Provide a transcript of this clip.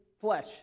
flesh